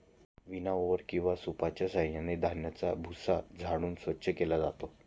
विनओवर किंवा सूपच्या साहाय्याने धान्याचा भुसा झाडून स्वच्छ केला जातो